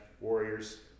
Warriors